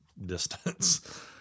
distance